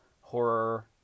horror